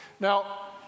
Now